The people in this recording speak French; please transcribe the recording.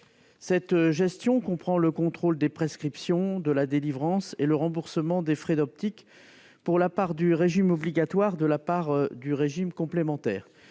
Cette gestion comprend le contrôle des prescriptions, de la délivrance et le remboursement des frais d'optique pour la part du régime obligatoire et la part du régime complémentaire.